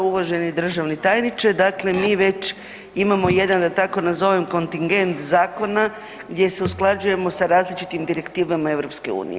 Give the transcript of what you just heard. Uvaženi državni tajniče, dakle mi već imamo jedan da tako nazovem kontingent zakona gdje se usklađujemo sa različitim direktivama EU.